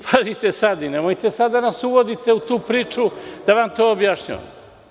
Pazite, nemojte sad da me uvodite u priču da vam to objašnjavam.